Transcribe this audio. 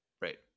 right